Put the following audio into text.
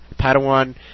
Padawan